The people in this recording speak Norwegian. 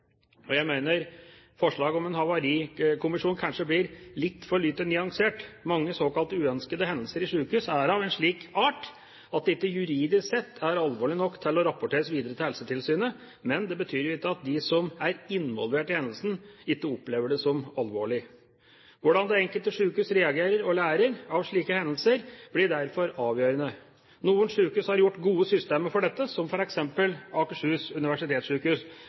inntruffet. Jeg mener at forslaget om en havarikommisjon kanskje blir litt for lite nyansert. Mange såkalte uønskede hendelser i sykehus er av en slik art at de juridisk sett ikke er alvorlige nok til å bli rapportert videre til Helsetilsynet, men det betyr ikke at de som er involvert i hendelsen, ikke opplever det som alvorlig. Hvordan det enkelte sykehus reagerer og lærer av slike hendelser blir derfor avgjørende. Noen sykehus har gode systemer for dette, som f.eks. Akershus universitetssykehus,